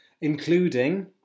including